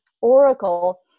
oracle